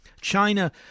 China